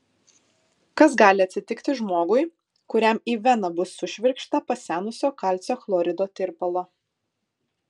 kas gali atsitikti žmogui kuriam į veną bus sušvirkšta pasenusio kalcio chlorido tirpalo